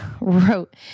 wrote